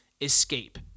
escape